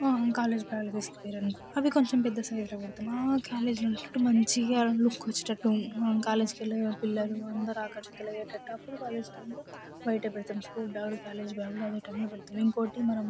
college బ్యాగులు తీసుకుపోయిర్రు అనుకో అవి కొంచెం పెద్ద సైజ్లో కుడతాం మా కాలేజ్లో ఉండేటట్టు మంచిగా లుక్ వచ్చేటట్టు కాలేజ్కి వెళ్ళే పిల్లలు అందరూ ఆకర్షితులయ్యేటట్టు అప్పుడు కాలేజ్ టైంలో బయట పెడతాం స్కూల్ బ్యాగులు కాలేజ్ బ్యాగులు అదే టైంలో పెడతాం ఇంకోటి మనం